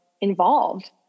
involved